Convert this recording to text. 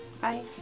Bye